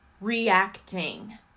reacting